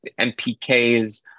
MPKs